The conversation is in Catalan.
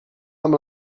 amb